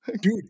Dude